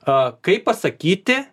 a kaip pasakyti